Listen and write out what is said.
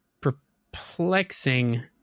perplexing